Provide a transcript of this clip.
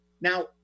Now